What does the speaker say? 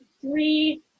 three